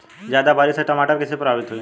ज्यादा बारिस से टमाटर कइसे प्रभावित होयी?